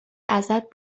ازت